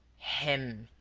him.